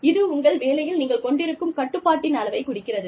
இது உங்கள் வேலையில் நீங்கள் கொண்டிருக்கும் கட்டுப்பாட்டின் அளவை குறிக்கிறது